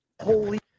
Holy